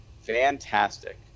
fantastic